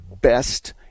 best